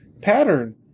pattern